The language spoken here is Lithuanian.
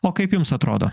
o kaip jums atrodo